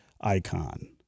icon